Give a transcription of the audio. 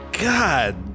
God